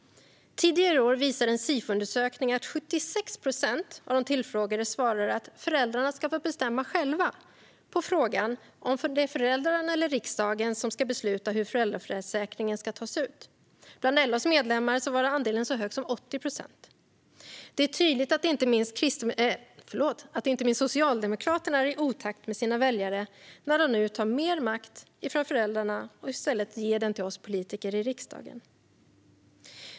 Tidigare i år visade en Sifo-undersökning att 76 procent av de tillfrågade svarade att föräldrarna ska få bestämma själva på frågan om föräldrarna eller riksdagen ska besluta om hur föräldraförsäkringen ska tas ut. Bland LO:s medlemmar var andelen så hög som 80 procent. Det är tydligt att inte minst Socialdemokraterna är i otakt med sina väljare när de nu vill ta mer makt från föräldrarna och i stället ge den till oss politiker i riksdagen.